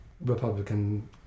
Republican